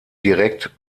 direkt